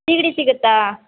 ಸೀಗಡಿ ಸಿಗುತ್ತಾ